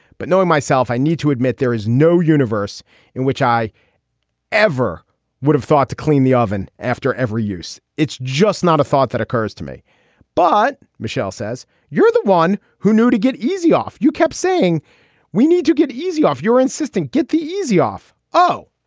but knowing myself, i need to admit there is no universe in which i ever would have thought to clean the oven. after every use. it's just not a thought that occurs to me but michelle says you're the one who knew to get easy off. you kept saying we need to get easy off your insistant. get the easy off. oh,